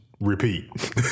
repeat